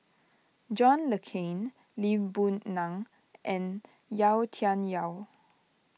John Le Cain Lee Boon Ngan and Yau Tian Yau